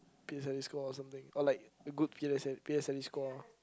P_S_L_E score or something or like a good P_S~ P_S_L_E score